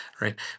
right